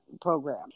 program